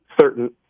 certain